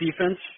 defense